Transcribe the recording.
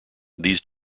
these